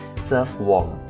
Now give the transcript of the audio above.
serve warm